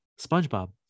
Spongebob